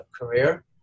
career